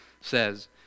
says